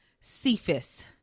Cephas